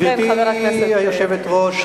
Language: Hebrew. גברתי היושבת-ראש,